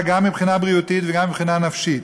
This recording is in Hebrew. גם מבחינה בריאותית וגם מבחינה נפשית.